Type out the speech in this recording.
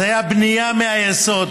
זה היה בנייה מהיסוד,